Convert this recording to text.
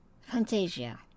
Fantasia